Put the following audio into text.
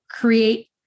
create